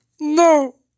No